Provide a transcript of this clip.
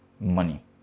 money